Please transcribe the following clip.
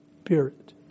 Spirit